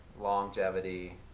longevity